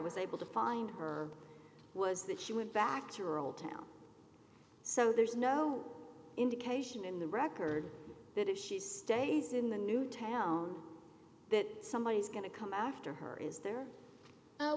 was able to find her was that she went back to her old town so there is no indication in the record that if she stays in the new town that somebody is going to come after her is there